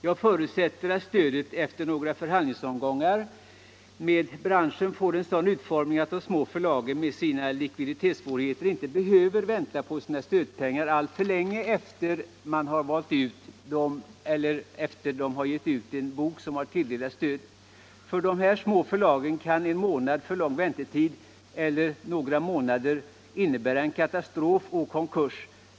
Jag förutsätter att stödet efter några förhandlingsomgångar med branschen får en sådan utformning att de små förlagen med sina likviditetssvårigheter inte behöver vänta på sina stödpengar alltför länge efter det att de har gett ut en bok som tilldelats stöd. För dessa små förlag kan en månads - eller några månaders — för lång väntetid innebära katastrof och konkurs.